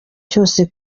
cyose